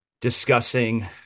discussing